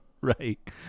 right